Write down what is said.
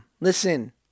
Listen